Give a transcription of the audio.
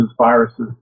viruses